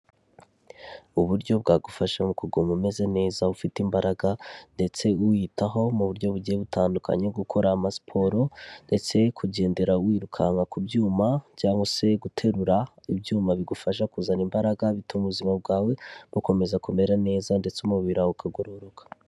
Uburyo bwagufasha mu kuguma umeze neza ufite imbaraga, ndetse uyitaho mu buryo bugiye butandukanye, gukora amasiporo; ndetse kugendera wirukanka ku byuma, cyangwa se guterura ibyuma bigufasha kuzana imbaraga, bituma ubuzima bwawe bukomeza kumera neza, ndetse umubiri wawe ukagororoka.